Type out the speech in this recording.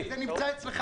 זה נמצא אצלך.